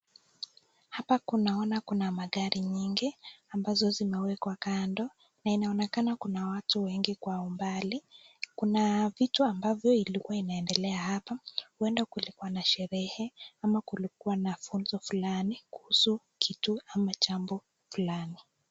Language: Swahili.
Hapa tunaona kuna magari nyingi ambazo zimewekwa kando. Na inaonekana kuna watu wengi kwa umbali. Kuna vitu ambavyo ilikuwa inaendelea hapa. Huenda kulikuwa na sherehe ama kulikuwa na funzo flani kuhusu kitu ama jambo flani.